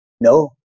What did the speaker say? No